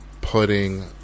putting